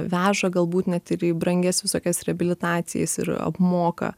veža galbūt net ir į brangias visokias reabilitacijas ir apmoka